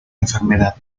enfermedad